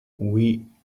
oui